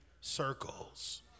circles